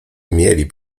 mieli